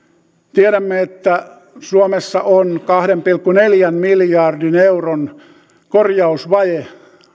tiedämme että suomessa on kahden pilkku neljän miljardin euron korjausvaje